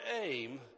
aim